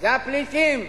זה הפליטים,